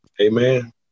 Amen